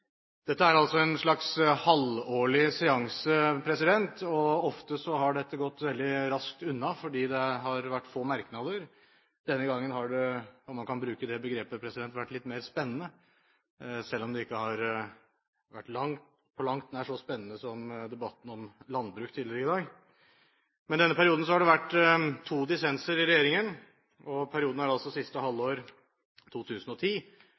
Dette er altså en slags halvårlig seanse, og ofte har dette gått veldig raskt unna fordi det har vært få merknader. Denne gangen har det – om man kan bruke det begrepet – vært litt mer spennende, selv om det på langt nær har vært så spennende som debatten om landbruk tidligere i dag. Denne perioden har det vært to dissenser i regjeringen – og perioden er altså siste halvår 2010.